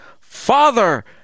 Father